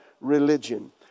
religion